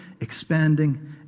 expanding